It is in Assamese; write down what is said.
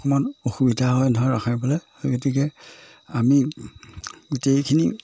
অকণমান অসুবিধা হয় নহয় ৰখাই বোলে সেই গতিকে আমি গোটেইখিনি